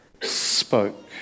spoke